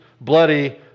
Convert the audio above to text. bloody